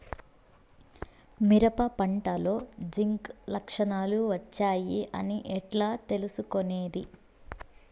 మిరప పంటలో జింక్ లక్షణాలు వచ్చాయి అని ఎట్లా తెలుసుకొనేది?